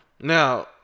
Now